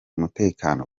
umutekano